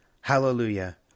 Hallelujah